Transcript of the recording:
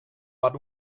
but